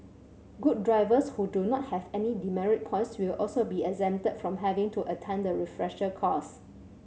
good drivers who do not have any demerit points will also be exempted from having to attend the refresher course